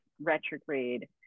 retrograde